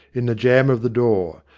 in the jamb of the door,